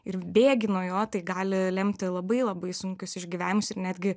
ir bėgi nuo jo tai gali lemti labai labai sunkius išgyvenimus ir netgi